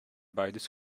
beides